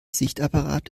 sichtapparat